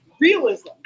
realism